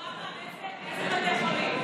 אבו עמאר, אילו בתי חולים?